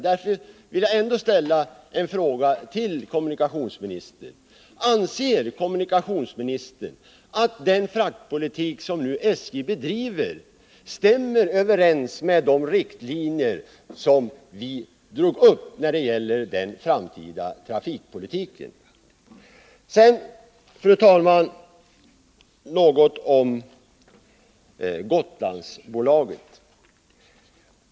Därför vill jag ändå ställa en fråga till kommunikationsministern: Anser kommunikationsministern att den fraktpolitik som SJ nu bedriver stämmer överens med de riktlinjer som vi drog upp för den framtida trafikpolitiken? Sedan, fru talman, något om Gotlandsbolaget.